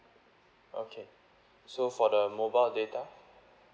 okay so for the mobile data